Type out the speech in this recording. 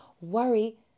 Worry